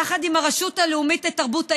יחד עם הרשות הלאומית לתרבות היידיש,